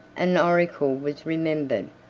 an oracle was remembered,